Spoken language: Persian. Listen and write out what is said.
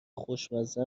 خوشمزه